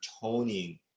toning